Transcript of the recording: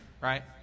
right